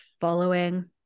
following